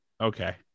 okay